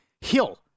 Hill